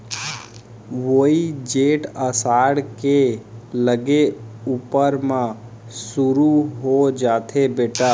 वोइ जेठ असाढ़ के लगे ऊपर म सुरू हो जाथे बेटा